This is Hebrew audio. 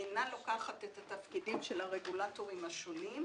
אינה לוקחת את התפקידים של הרגולטורים השונים,